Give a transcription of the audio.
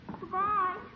Goodbye